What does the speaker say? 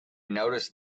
noticed